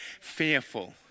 fearful